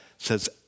says